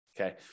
Okay